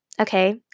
Okay